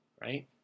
Right